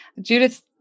Judith